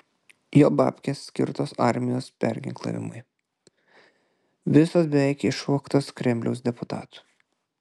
jo babkės skirtos armijos perginklavimui visos beveik išvogtos kremliaus deputatų